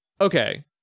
Okay